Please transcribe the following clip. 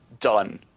Done